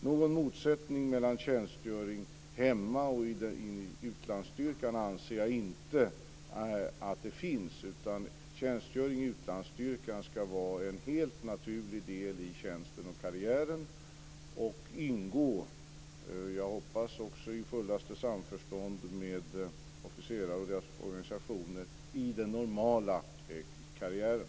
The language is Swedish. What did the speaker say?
Någon motsättning mellan tjänstgöring hemma och i utlandsstyrkan anser jag inte att det finns. Tjänstgöring i utlandsstyrkan ska vara en helt naturlig del i tjänsten och karriären. Den ska ingå - jag hoppas också att det sker i fullaste samförstånd med officerare och deras organisationer - i den normala karriären.